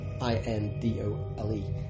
I-N-D-O-L-E